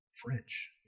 French